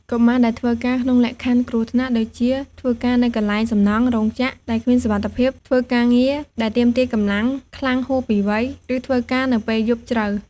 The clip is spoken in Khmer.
កុមារដែលធ្វើការក្នុងលក្ខខណ្ឌគ្រោះថ្នាក់ ដូចជាធ្វើការនៅកន្លែងសំណង់ រោងចក្រដែលគ្មានសុវត្ថិភាព ធ្វើការងារដែលទាមទារកម្លាំងខ្លាំងហួសពីវ័យ ឬធ្វើការនៅពេលយប់ជ្រៅ។